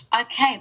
Okay